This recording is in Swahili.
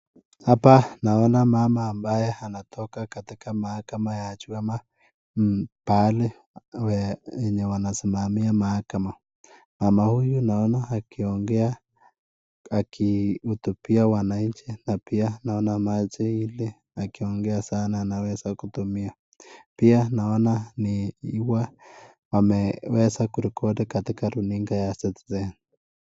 Hapa naona mama ambaye anatoka katika mahakama ya juu ama pahali penye wanasimamia mahakama mama huyu naona akiongea akihudhubia wanainchi na pia naona maji ili akiongea sana anaweza kutumia pia naona wameweza kurekodi katika runinga ya Citizen.